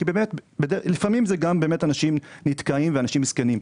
כי לפעמים אלה באמת אנשים נתקעים ומסכנים,